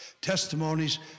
testimonies